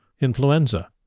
influenza